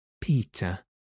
Peter